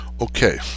Okay